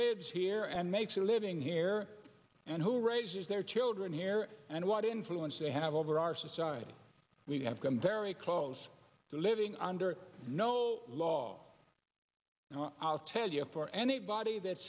lives here and makes a living here and who raises their children here and what influence they have over our society we have come very close to living under no law and i'll tell you for anybody that